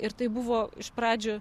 ir tai buvo iš pradžių